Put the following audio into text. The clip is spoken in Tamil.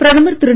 பிரதமர் திரு